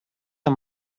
her